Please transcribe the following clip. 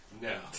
No